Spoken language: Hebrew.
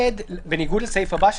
בניגוד לסעיף הבא,